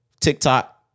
TikTok